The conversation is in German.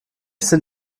sind